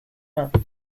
months